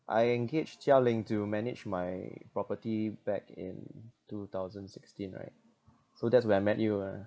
I engaged jia ling to manage my property back in two thousand sixteen right so that's when I met you ah